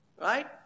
right